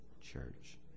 church